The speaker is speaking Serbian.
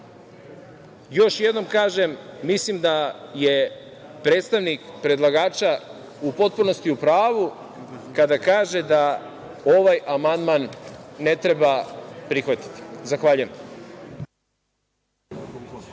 jednom kažem, mislim da je predstavnik predlagača u potpunosti u pravu kada kaže da ovaj amandman ne treba prihvatiti. Zahvaljujem.